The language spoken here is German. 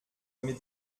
mit